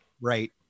Right